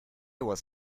was